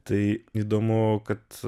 tai įdomu kad